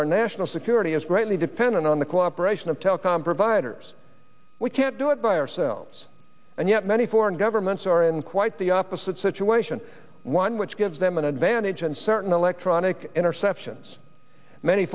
our national security is greatly dependent on the cooperation of telecom providers we can't do it by ourselves and yet many foreign governments are in quite the opposite situation one which gives them an advantage in certain electronic interceptions many